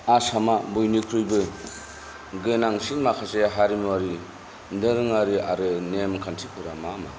आसामा बयनिख्रुइबो गोनांसिन माखासे हारिमुवारि दोरोङारि आरो नेमखान्थिफोरा मा मा